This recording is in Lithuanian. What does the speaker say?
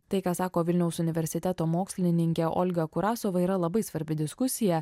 tai ką sako vilniaus universiteto mokslininkė olga kurasova yra labai svarbi diskusija